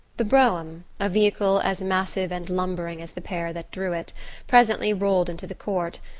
the brougham a vehicle as massive and lumbering as the pair that drew it presently rolled into the court,